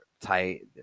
tight